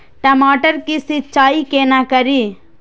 टमाटर की सीचाई केना करी?